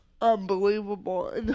unbelievable